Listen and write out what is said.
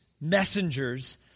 messengers